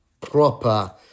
proper